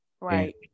Right